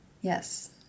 Yes